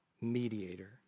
mediator